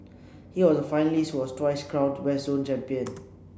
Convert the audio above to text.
he was a finalist who was twice crowned West Zone champion